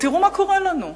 תראו מה קורה לנו: